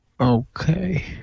Okay